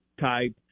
type